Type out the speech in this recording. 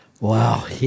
Wow